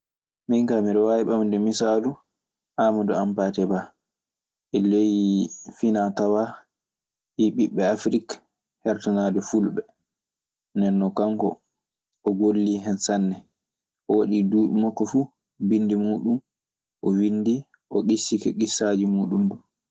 Min kaa miɗe waawi ɓande misaalu Aamadu Hampaate Ba e ley finaa tawaa ɓiɓɓe Afrik… Nden non kanko o gollii hen sanne. O waɗii duuɓi makko fuu binndi muuɗun. O windii, o ŋissike ŋissaaji muuɗun du.